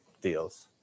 deals